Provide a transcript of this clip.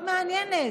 מאוד מעניינת.